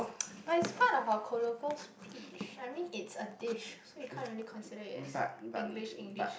but it's part of our colloquial speech I mean it's a dish so you can't really consider it as English English